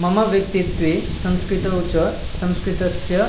मम व्यक्तित्वे संस्कृतौ च संस्कृतस्य